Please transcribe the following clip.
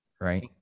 right